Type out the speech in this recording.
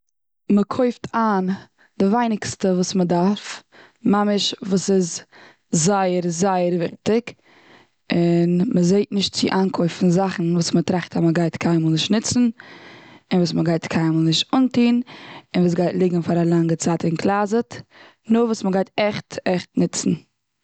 מ'קויפט איין די ווייניגסטע וואס מ'דארף, ממש וואס איז זייער, זייער, וויכטיג. און מ'זעט נישט צו איינקויפן זאכן וואס מ'טראכט מ'גייט קיינמאל נישט ניצן, און מ'גייט קיינמאל נישט אנטון, און וואס גייט ליגן פאר א לאנגע צייט און קלאזעט. נאר וואס מ'גייט עכט, עכט, ניצן.